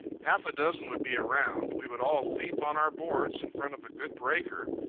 half a dozen would be around. we would all leap on our boards in front of a good breaker.